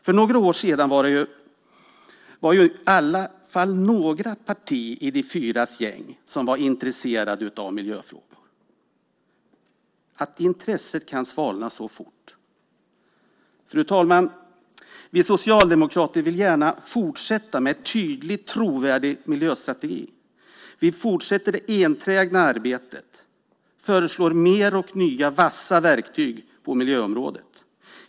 För några år sedan var ju i alla fall några partier i de fyras gäng intresserade av miljöfrågor. Att intresset kan svalna så fort! Fru talman! Vi socialdemokrater vill gärna fortsätta med en tydlig och trovärdig miljöstrategi. Vi fortsätter det enträgna arbetet och föreslår flera nya vassa verktyg på miljöområdet.